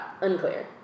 Unclear